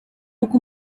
uko